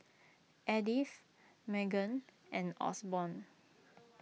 Edith Meghann and Osborne